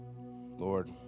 Lord